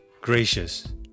gracious